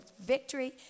victory